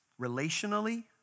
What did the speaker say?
Relationally